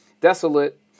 desolate